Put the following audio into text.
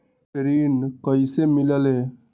ऋण कईसे मिलल ले?